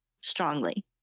strongly